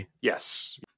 yes